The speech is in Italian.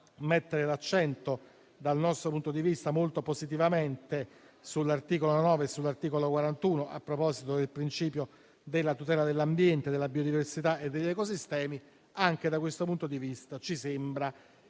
mettere l'accento - dal nostro punto di vista, molto positivamente - come pure l'articolo 41, sul principio della tutela dell'ambiente, della biodiversità e degli ecosistemi; anche da questo punto di vista, ci sembra